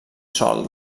sòl